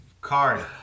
card